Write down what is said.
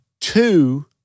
two